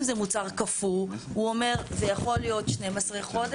אם זה מוצר קפוא הוא אומר, זה יכול להיות 12 חודש.